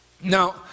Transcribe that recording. Now